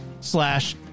slash